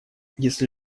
если